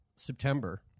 September